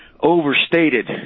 Overstated